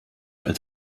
als